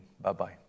Bye-bye